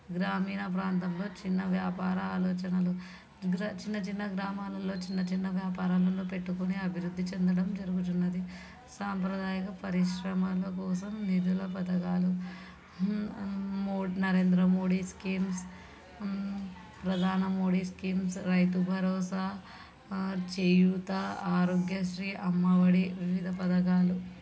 గ్రామీణ ప్రాంతంలో చిన్న వ్యాపార ఆలోచనలు గ్రా చిన్న చిన్న గ్రామాలల్లో చిన్న చిన్న వ్యాపారాలలో పెట్టుకొని అభివృద్ధి చెందడం జరుగుచున్నది సాంప్రదాయక పరిశ్రమల కోసం నిధుల పథకాలు మో నరేంద్ర మోడీ స్కీమ్స్ ప్రధాన మోడీ స్కీమ్స్ రైతు భరోసా చేయూత ఆరోగ్యశ్రీ అమ్మ ఒడి వివిధ పథకాలు